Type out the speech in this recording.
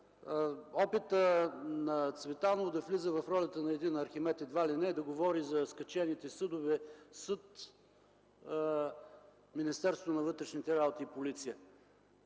опитът на Цветанов да влиза в ролята на един Архимед едва ли не и да говори за скачените съдове – съд - Министерство на вътрешните работи - полиция.